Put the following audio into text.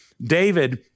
David